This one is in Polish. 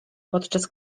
podczas